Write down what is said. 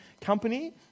company